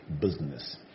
business